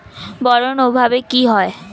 Boron অভাবে কি হয়?